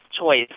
choice